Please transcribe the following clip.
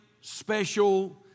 special